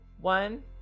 one